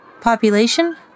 Population